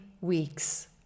weeks